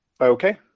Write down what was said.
okay